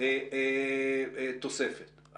6%-7% תוספת.